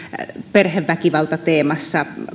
perheväkivaltateemasta